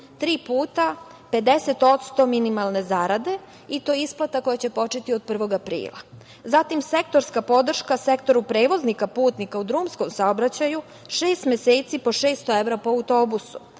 puta 50% minimalne zarade, i to isplata koja će početi od 1. aprila. Zatim, sektorska podrška sektoru prevoznika putnika u drumskom saobraćaju - šest meseci po 600 evra po autobusu,